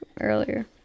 earlier